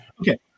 okay